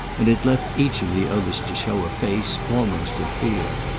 and it left each of the others to show a face almost of fear.